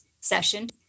session